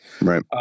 Right